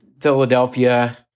Philadelphia